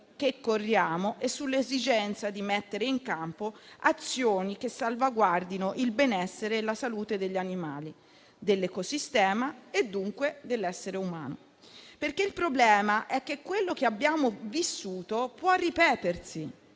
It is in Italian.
che corriamo e sull'esigenza di mettere in campo azioni che salvaguardino il benessere e la salute degli animali, dell'ecosistema e dunque dell'essere umano. Il problema, infatti, è che quello che abbiamo vissuto può ripetersi